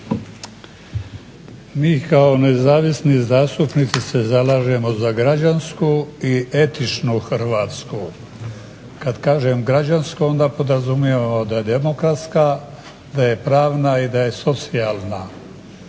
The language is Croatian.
Mi kao nezavisni zastupnici se zalažemo za građansku i etičnu Hrvatsku. Kada kažem građansku onda podrazumijevamo da je demokratska, da je pravna i da je socijalna.